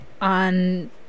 On